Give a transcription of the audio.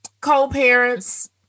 co-parents